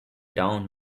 down